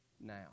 now